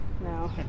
No